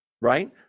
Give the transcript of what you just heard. right